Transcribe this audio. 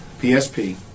PSP